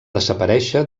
desaparèixer